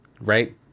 right